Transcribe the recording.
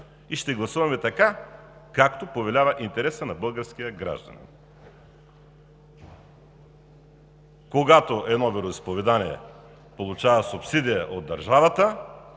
и ще гласуваме така, както повелява интересът на българския гражданин. Когато едно вероизповедание получава субсидия от държавата,